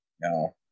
No